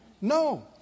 No